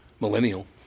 millennial